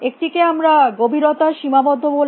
একটি কে আমরা গভীরতা সীমাবদ্ধ বলব